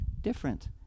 different